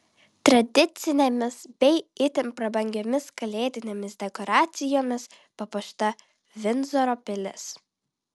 tradicinėmis bei itin prabangiomis kalėdinėmis dekoracijomis papuošta vindzoro pilis